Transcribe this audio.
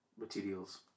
materials